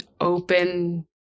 open